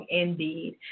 indeed